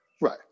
right